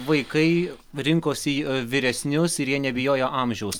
vaikai rinkosi vyresnius ir jie nebijojo amžiaus